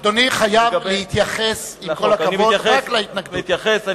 אדוני חייב להתייחס, עם כל הכבוד, רק להתנגדות.